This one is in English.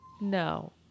No